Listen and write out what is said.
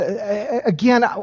again